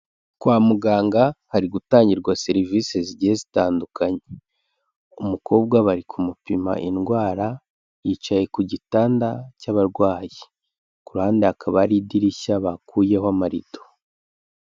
Kwa muganga hari gutangirwa serivisi zigiye zitandukanye, umukobwa bari kumupima indwara, yicaye ku gitanda cy'abarwayi, ku ruhande hakaba hari idirishya bakuyeho amarido.